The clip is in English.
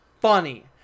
funny